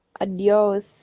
Adios